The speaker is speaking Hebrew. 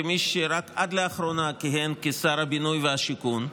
כמי שרק עד לאחרונה כיהן כשר הבינוי והשיכון,